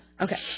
Okay